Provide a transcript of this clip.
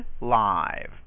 live